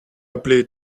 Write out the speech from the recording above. appelé